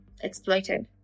exploited